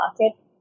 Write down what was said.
market